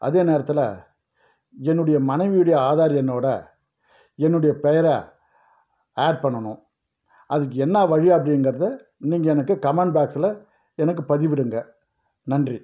அதே நேரத்தில் என்னுடைய மனைவியுடைய ஆதார் என்னோடய என்னுடைய பெயரை ஆட் பண்ணணும் அதுக்கு என்ன வழி அப்படிங்கறத நீங்கள் எனக்கு கமெண்ட் பாக்ஸில் எனக்கு பதிவிடுங்க நன்றி